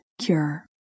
cure